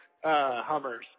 Hummers